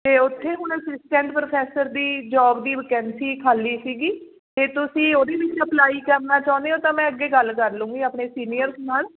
ਅਤੇ ਉੱਥੇ ਹੁਣ ਅਸਿਸਟੈਂਟ ਪ੍ਰੋਫੈਸਰ ਦੀ ਜੋਬ ਦੀ ਵਕੈਂਸੀ ਖਾਲੀ ਸੀਗੀ ਅਤੇ ਤੁਸੀਂ ਉਹਦੇ ਵਿੱਚ ਅਪਲਾਈ ਕਰਨਾ ਚਾਹੁੰਦੇ ਹੋ ਤਾਂ ਮੈਂ ਅੱਗੇ ਗੱਲ ਕਰ ਲੂੰਗੀ ਆਪਣੇ ਸੀਨੀਅਰਸ ਨਾਲ